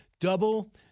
double